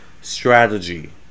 strategy